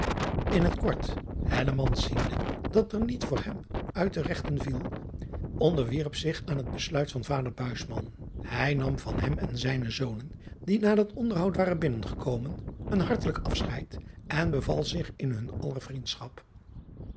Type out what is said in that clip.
n het kort ziende dat er niet voor hem uit te regten viel onderwierp zich aan het besluit van vader ij nam van hem en zijne zonen die na dat onderhoud waren binnen gekomen een hartelijk asscheid en beval zich in hun aller vriendschap